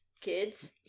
Kids